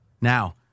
Now